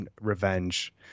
revenge